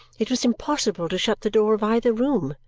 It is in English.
it was impossible to shut the door of either room,